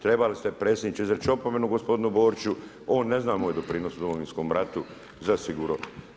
Trebali ste predsjedniče izreći opomenu, gospodinu Boriću, on ne zna moj doprinos u Domovinskom ratu zasigurno.